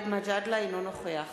אינו נוכח